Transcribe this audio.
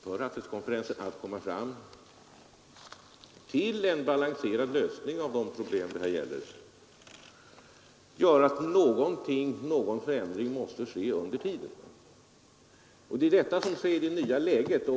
för havsrättskonferensen att komma fram till en balanserad lösning av de problem det gäller nödvändiggör att nu uppnå en provisorisk lösning. Det är det som är det nya läget.